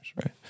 right